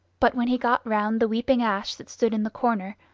but when he got round the weeping-ash that stood in the corner,